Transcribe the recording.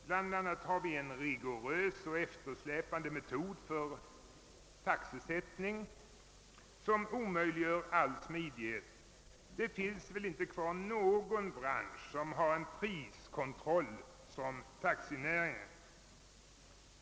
Bland annat har vi en rigorös och eftersläpande metod för taxesättning, som omöjliggör all smidighet. Det finns väl inte någon bransch som har en sådan priskontroll som taxinäringen.